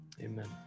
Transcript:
amen